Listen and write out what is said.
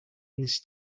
his